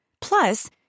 Plus